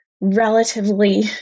relatively